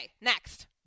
next